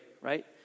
right